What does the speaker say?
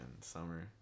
Summer